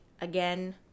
again